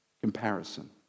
Comparison